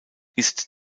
ist